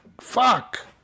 Fuck